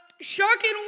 Shocking